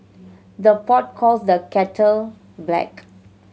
the pot calls the kettle black